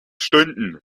stunden